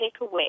takeaway